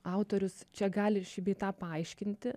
autorius čia gali šį bei tą paaiškinti